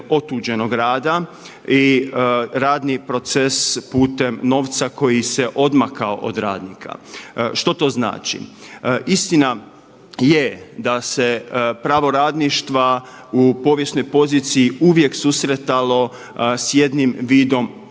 otuđenog rada i radni proces putem novca koji se odmakao od radnika. Što to znači? Istina je da se pravo radništva u povijesnoj poziciji uvijek susretalo s jednim vidom